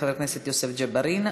חברי הכנסת יוסף ג'בארין,